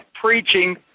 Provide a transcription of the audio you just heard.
preaching